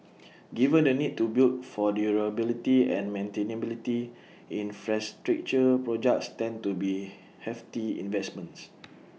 given the need to build for durability and maintainability infrastructure projects tend to be hefty investments